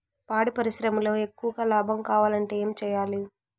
పాడి పరిశ్రమలో ఎక్కువగా లాభం కావాలంటే ఏం చేయాలి?